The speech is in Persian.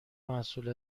محصول